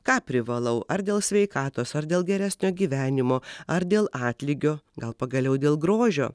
ką privalau ar dėl sveikatos ar dėl geresnio gyvenimo ar dėl atlygio gal pagaliau dėl grožio